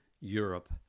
Europe